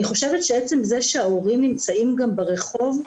אני חושבת שעצם זה שההורים נמצאים גם ברחוב,